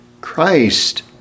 Christ